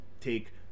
take